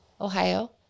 Ohio